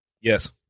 Yes